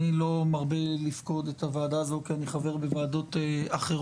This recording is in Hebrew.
אני לא מרבה לפקוד את הוועדה הזו כי אני חבר בוועדות אחרות,